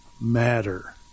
matter